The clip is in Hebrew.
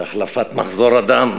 שהחלפת מחזור הדם,